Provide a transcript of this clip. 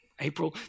April